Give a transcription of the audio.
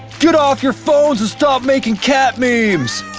get off your phones and stop making cat memes!